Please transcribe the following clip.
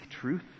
truth